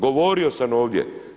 Govorio sam ovdje.